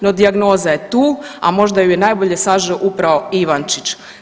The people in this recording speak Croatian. No dijagnoza je tu, a možda ju je najbolje sažeo upravo Ivančić.